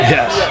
Yes